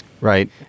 Right